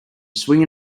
swing